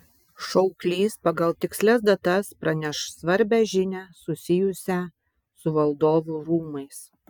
šauklys pagal tikslias datas praneš svarbią žinią susijusią su valdovų rūmais